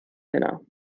männer